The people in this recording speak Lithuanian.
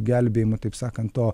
gelbėjimu taip sakant to